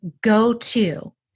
go-to